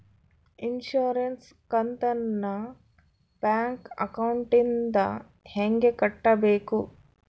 Insurance ಕಂತನ್ನ bank ಅಕೌಂಟಿಂದ ಹೆಂಗ ಕಟ್ಟಬೇಕು?